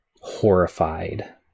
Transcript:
horrified